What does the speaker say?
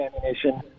ammunition